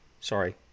sorry